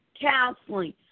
Counseling